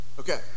Okay